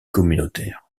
communautaires